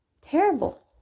Terrible